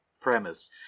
premise